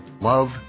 love